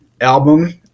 album